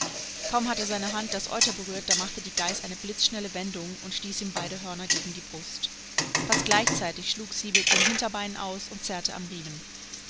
kaum hatte seine hand das euter berührt da machte die geiß eine blitzschnelle wendung und stieß ihm beide hörner gegen die brust fast gleichzeitig schlug sie mit den hinterbeinen aus und zerrte am riemen